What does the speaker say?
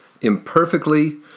imperfectly